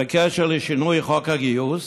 בקשר לשינוי חוק הגיוס.